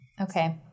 Okay